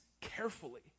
carefully